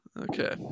Okay